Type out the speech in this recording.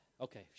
okay